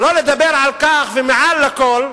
שלא לדבר על כך, ומעל לכול,